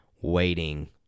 waiting